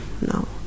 No